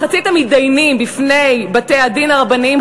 מחצית המתדיינים בפני בתי-הדין הרבניים,